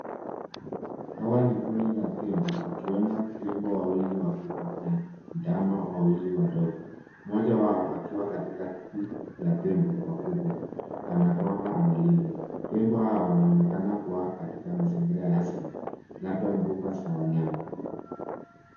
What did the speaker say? Hawa ni kundi la tembo, wakiwemo tembo wawili wakubwa na ndama wawili wadogo. Mmoja wao akiwa katikati ya tembo wakubwa kanakamba analindwa. Tembo hawa wanaonekana kuwa katika mazingira ya asili labda mbuga za wanyama.